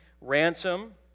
Ransom